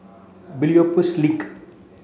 Biopolis Link